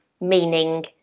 meaning